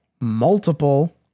multiple